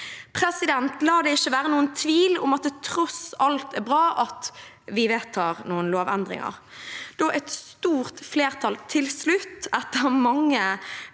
La det ikke være noen tvil om at det tross alt er bra at vi vedtar noen lovendringer. Da et stort flertall til slutt, etter mange